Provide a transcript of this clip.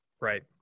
right